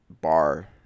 bar